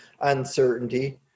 uncertainty